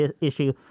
issue